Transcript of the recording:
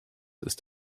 ist